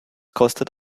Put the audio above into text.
kostet